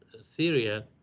Syria